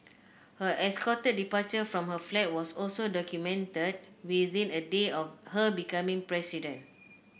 her escorted departure from her flat was also documented within a day of her becoming president